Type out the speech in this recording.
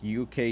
UK